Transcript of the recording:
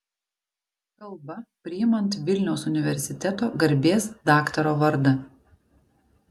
kalba priimant vilniaus universiteto garbės daktaro vardą